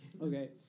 Okay